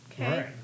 Okay